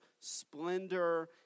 splendor